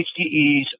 HDEs